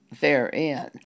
therein